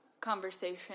Conversation